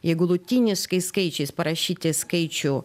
jeigu lotyniškais skaičiais parašyti skaičių